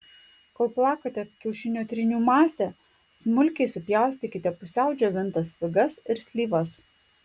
kol plakate kiaušinio trynių masę smulkiai supjaustykite pusiau džiovintas figas ir slyvas